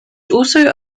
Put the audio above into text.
also